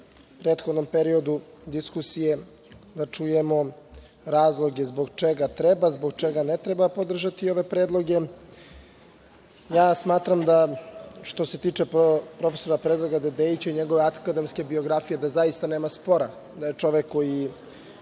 prethodnom periodu diskusije da čujemo razloge zbog čega treba, zbog čega ne treba podržati ove predloge. Ja smatram da, što se tiče profesora Predraga Dedeića i njegove akademske biografije, da zaista nema spora da je čovek koji